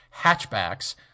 hatchbacks